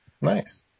Nice